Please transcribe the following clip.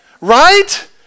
right